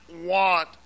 want